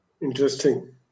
Interesting